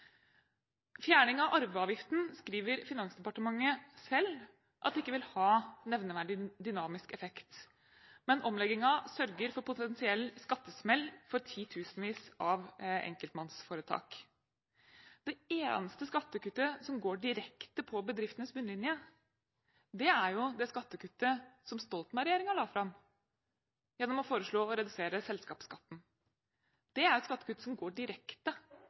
Fjerning av arveavgiften skriver Finansdepartementet selv ikke vil ha nevneverdig dynamisk effekt. Men omleggingen sørger for potensiell skattesmell for titusenvis av enkeltmannsforetak. Det eneste skattekuttet som går direkte på bedriftenes bunnlinje, er det skattekuttet som Stoltenberg-regjeringen la fram gjennom å foreslå å redusere selskapsskatten. Det er et skattekutt som går direkte